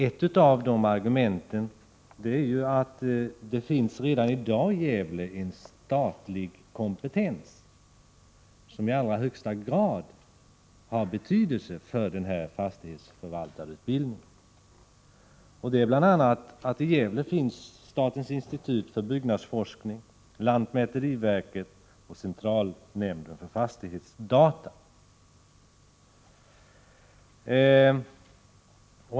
Ett av de argumenten är att det i Gävle redan i dag finns en statlig kompetens som i allra högsta grad har betydelse för den utbildning det här gäller. I Gävle finns statens institut för byggnadsforskning, lantmäteriverket och centralnämnden för fastighetsdata.